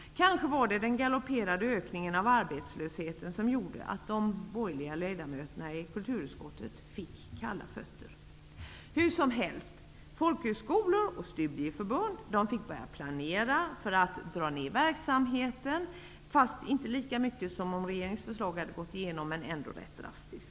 Kanske var det den galopperande ökningen av arbetslösheten som gjorde att de borgerliga ledamöterna i kulturutskottet fick kalla fötter. Hur som helst: Folkhögskolor och studieförbund fick börja planera för att dra ner verksamheten -- inte lika mycket som om regeringsförslaget hade gått igenom, men ändå rätt drastiskt.